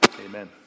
Amen